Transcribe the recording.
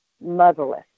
motherless